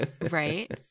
Right